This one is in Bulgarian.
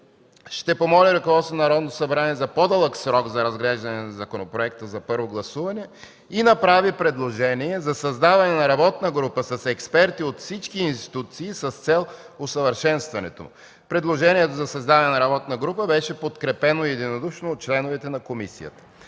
ще помоли ръководството на Народното събрание за по-дълъг срок за разглеждане на законопроекта за първо гласуване и направи предложение за създаване на работна група с експерти от всички институции с цел усъвършенстването му. Предложението за създаване на работна група беше подкрепено единодушно от членовете на комисията.